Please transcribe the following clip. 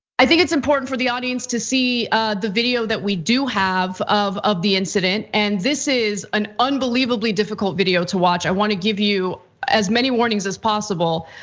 i think it's important for the audience to see the video that we do have of of the incident, and this is an unbelievably difficult video to watch. i wanna give you as many warnings as possible,